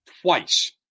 twice